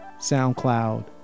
SoundCloud